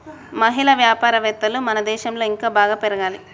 మహిళా వ్యాపారవేత్తలు మన దేశంలో ఇంకా బాగా పెరగాలి